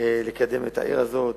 לקדם את העיר הזאת.